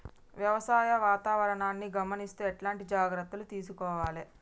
వ్యవసాయ వాతావరణాన్ని గమనిస్తూ ఎట్లాంటి జాగ్రత్తలు తీసుకోవాలే?